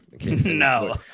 No